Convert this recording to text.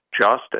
justice